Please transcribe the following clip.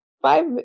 Five